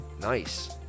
Nice